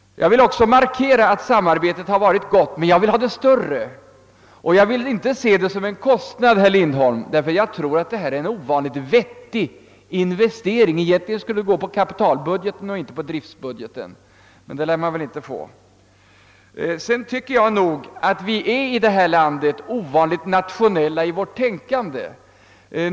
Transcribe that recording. Jag vill också poängtera att samarbetet varit gott, men jag vill ha det ännu större. Jag vill inte se en sådan utveckling som en kostnad, herr Lindholm, därför att jag tror det gäller en ovanligt vettig investering. Den skulle egentligen göras på kapitalbudgeten och inte på driftbudgeten, men det lär väl inte gå. Vidare tycker jag nog att vi i detta land är ovanligt nationella i vårt tänkande.